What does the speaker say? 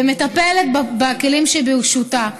ומטפלת בכלים שברשותה.